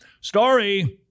Story